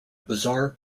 bizarre